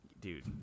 Dude